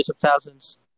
thousands